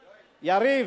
יריב,